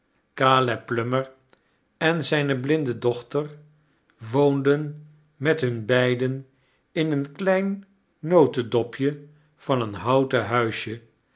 en zijne blinde dochter woonden met hun beiden in een klein notendopj van een houten huisje